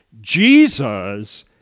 Jesus